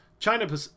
China